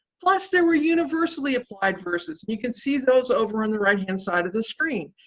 plus, there were universally applied verses, and can see those over on the right-hand side of the screen.